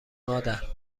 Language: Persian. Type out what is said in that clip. مادر